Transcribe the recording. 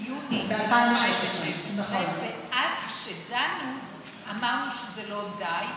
ביוני 2016. אז כשדנו אמרנו שזה לא די,